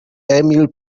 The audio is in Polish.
emil